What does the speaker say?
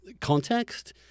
context